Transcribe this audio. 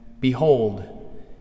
behold